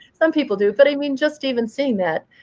some people do. but i mean, just even seeing that,